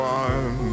one